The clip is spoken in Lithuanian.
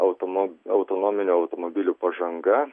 automob autonominių automobilių pažanga